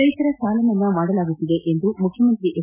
ರೈತರ ಸಾಲಮನ್ನಾ ಮಾಡಲಾಗುತ್ತಿದೆ ಎಂದು ಮುಖ್ಯಮಂತ್ರಿ ಎಚ್